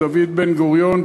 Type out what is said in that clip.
דוד בן-גוריון,